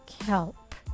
help